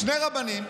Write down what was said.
שני רבנים,